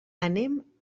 anem